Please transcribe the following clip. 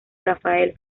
rafael